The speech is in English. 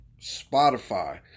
Spotify